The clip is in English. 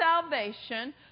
salvation